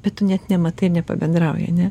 bet tu net nematai nepabendrauji ar ne